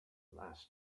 last